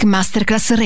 Masterclass